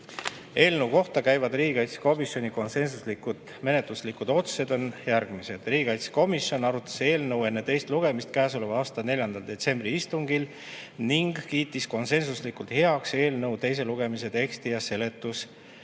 kohta käivad riigikaitsekomisjoni konsensuslikud menetluslikud otsused on järgmised. Riigikaitsekomisjon arutas eelnõu enne teist lugemist käesoleva aasta 4. detsembri istungil ning kiitis konsensuslikult heaks eelnõu teise lugemise teksti ja seletuskirja.